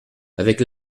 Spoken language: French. avec